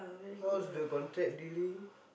how was the contact dealing